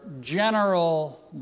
general